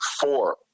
four